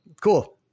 cool